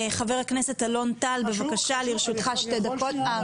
חבר הכנסת אלון טל, בבקשה לרשותך שתי דקות.